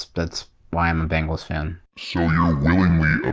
that's why i'm a bengals fan. so you're willingly